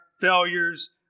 failures